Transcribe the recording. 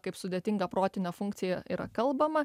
kaip sudėtingą protinę funkciją yra kalbama